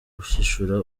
gushishura